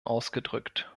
ausgedrückt